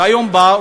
היום אתה בא,